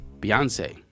Beyonce